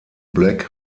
black